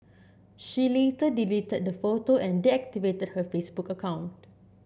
she later deleted the photo and deactivated her Facebook account